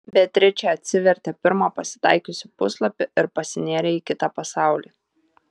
beatričė atsivertė pirmą pasitaikiusį puslapį ir pasinėrė į kitą pasaulį